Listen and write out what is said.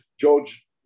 George